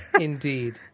Indeed